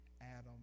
Adam